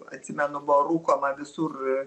atsimenu buvo rūkoma visur